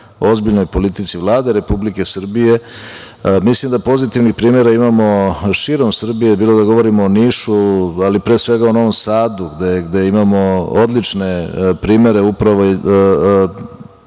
ozbiljnoj politici Vlade Republike Srbije. Mislim da pozitivnih primera imamo širom Srbije, bilo da govorimo o Nišu, pre svega o Novom Sadu, gde imamo odlične primere upravo